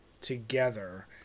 together